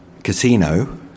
Casino